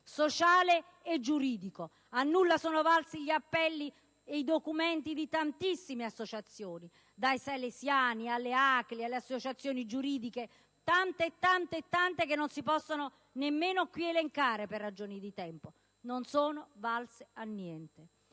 sociale e giuridico. A nulla sono valsi gli appelli e i documenti di tantissime associazioni, dai salesiani alle ACLI, alle associazioni giuridiche, così tante che non si possono nemmeno qui elencare per ragioni di tempo; non sono valsi a niente.